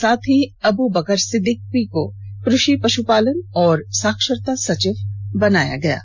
साथ ही अबुबकर सिद्दिकी को कृषि पष्पालन और साक्षरता सचिव बनाया गया है